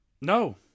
No